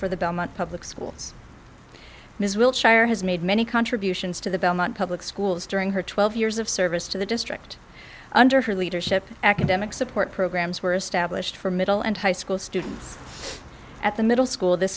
for the belmont public schools ms wiltshire has made many contributions to the belmont public schools during her twelve years of service to the district under her leadership academic support programs were established for middle and high school students at the middle school this